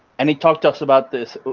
and he talked to us about this,